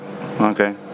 Okay